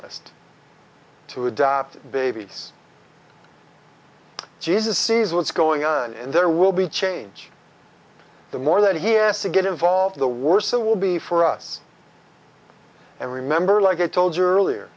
list to adopt babies jesus sees what's going on and there will be change the more that he has to get involved the worse it will be for us and remember like i told you earlier